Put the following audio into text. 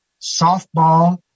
softball